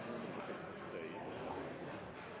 Da er det